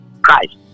Christ